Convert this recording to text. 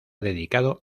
dedicado